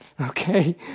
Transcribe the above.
Okay